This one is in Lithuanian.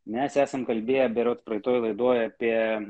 mes esam kalbėję berods praeitoje laidoje apie